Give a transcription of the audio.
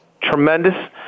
tremendous